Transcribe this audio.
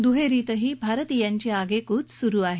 दुहेरीतही भारतीयांची आगेकूच सुरु आहे